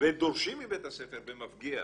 ודורשים מבית הספר במפגיע.